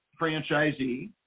franchisee